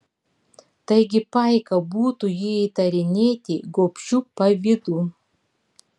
taigi paika būtų jį įtarinėti gobšiu pavydu